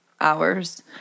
hours